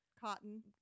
cotton